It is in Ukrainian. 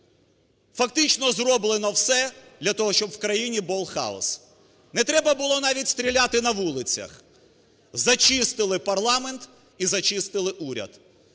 фактично зроблено все для того, щоб в країні був хаос. Не треба було навіть стріляти на вулицях, зачистили парламент і зачистили уряд.